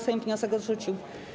Sejm wniosek odrzucił.